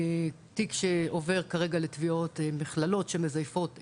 תיק שעובר כרגע לתביעות שמזייפות היתרים,